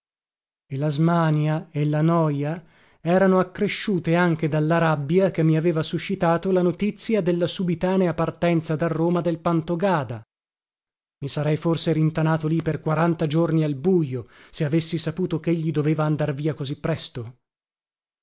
la smania e la noja erano accresciute anche dalla rabbia che mi aveva suscitato la notizia della subitanea partenza da roma del antogada i sarei forse rintanato lì per quaranta giorni al bujo se avessi saputo chegli doveva andar via così presto